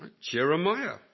Jeremiah